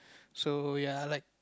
so ya I like